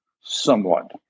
somewhat